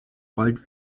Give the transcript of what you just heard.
bald